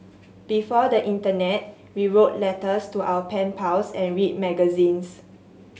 before the internet we wrote letters to our pen pals and read magazines